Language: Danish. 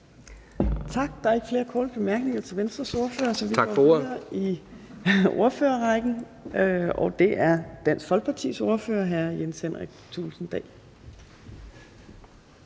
Tak. Der er ikke flere korte bemærkninger til Venstres ordfører (Carsten Kissmeyer (V): Tak for ordet!), så vi går videre i ordførerrækken, og det er Dansk Folkepartis ordfører, hr. Jens Henrik Thulesen Dahl.